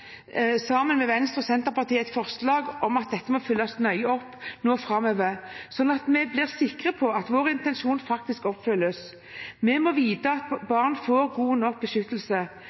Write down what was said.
sammen med Venstre og Senterpartiet, et forslag om at dette må følges nøye opp framover, slik at vi blir sikre på at vår intensjon faktisk oppfylles. Vi må vite at barn får god nok beskyttelse.